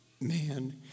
Man